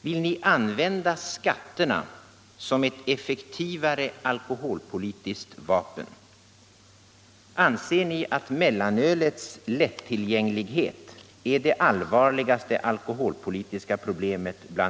Vill ni använda skatterna som ett effektivare alkoholpolitiskt vapen?